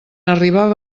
arribava